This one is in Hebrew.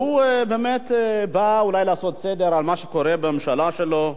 שהוא באמת בא אולי לעשות סדר במה שקורה בממשלה שלו.